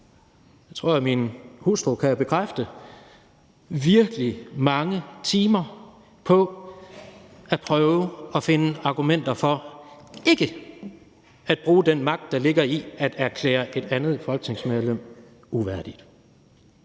det tror jeg min hustru kan bekræfte, virkelig mange timer på at prøve at finde argumenter for ikke at bruge den magt, der ligger i at erklære et andet folketingsmedlem uværdigt,